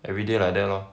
every day like that lor